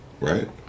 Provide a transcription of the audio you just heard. Right